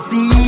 See